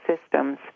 systems